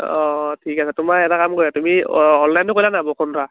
অঁ ঠিক আছে তোমাৰ এটা কাম কৰিবা তুমি অ অনলাইনটো কৰিলানে বসুন্ধৰা